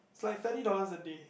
it's like thirty dollars a day